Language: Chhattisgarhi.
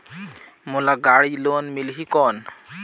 मोला गाड़ी लोन मिलही कौन?